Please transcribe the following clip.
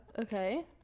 Okay